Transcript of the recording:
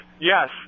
Yes